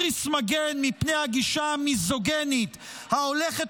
תריס מגן מפני הגישה המיזוגינית ההולכת